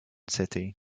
city